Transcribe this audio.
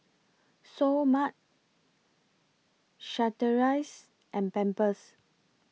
Seoul Mart Chateraise and Pampers